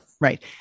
right